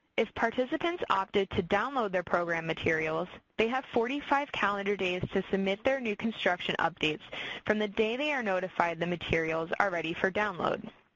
if participants opted to download their program materials, they have forty five calendar days to submit their new construction updates from the day they are notified the materials are ready for download.